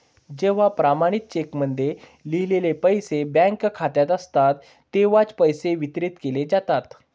जेव्हा प्रमाणित चेकमध्ये लिहिलेले पैसे बँक खात्यात असतात तेव्हाच पैसे वितरित केले जातात